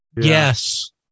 Yes